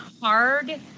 hard